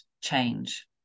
change